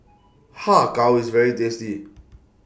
Har Kow IS very tasty